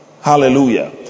Hallelujah